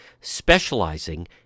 specializing